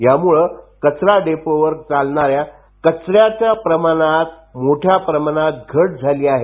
यामुळे कचरा डेपोवर जाणाऱ्या कचर्या च्या प्रमाणात मोठ्या प्रमाणात घट झाली आहे